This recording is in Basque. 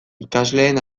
ikasleen